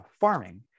farming